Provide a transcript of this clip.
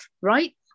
Right